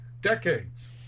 decades